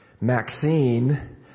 maxine